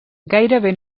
gairebé